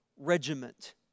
Regiment